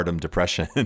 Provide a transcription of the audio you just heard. depression